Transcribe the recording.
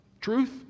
Truth